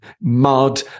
mud